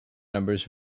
numbers